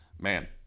man